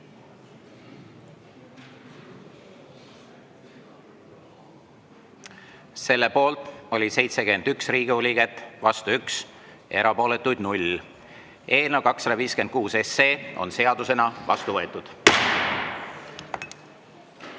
Selle poolt oli 71 Riigikogu liiget, vastu 1, erapooletuid 0. Eelnõu 256 on seadusena vastu võetud.